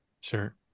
Sure